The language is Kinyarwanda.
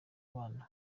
bana